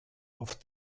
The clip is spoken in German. auf